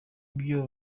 nabyo